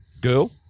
girl